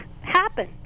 happen